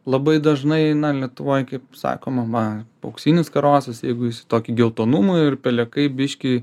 labai dažnai eina ir lietuvoj kaip sakoma va auksinis karosas jeigu jis į tokį geltonumą ir pelekai biškį